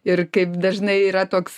ir kaip dažnai yra toks